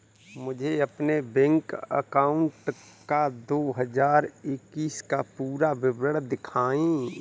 मुझे अपने bank account का दो हज़ार इक्कीस का पूरा विवरण दिखाएँ?